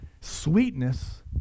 Sweetness